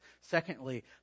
Secondly